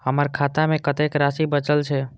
हमर खाता में कतेक राशि बचल छे?